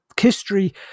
history